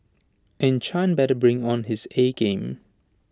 and chan better bring on his A game